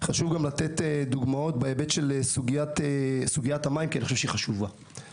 חשוב לתת דוגמאות בהיבט הסוגיה החשובה של המים,